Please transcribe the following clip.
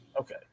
okay